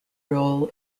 role